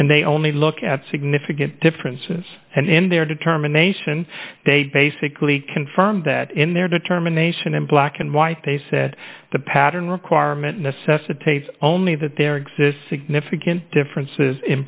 and they only look at significant differences in their determination they basically confirmed that in their determination in black and white they said the pattern requirement necessitates only that there exists significant differences in